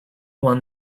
won